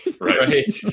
Right